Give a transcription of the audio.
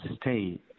stay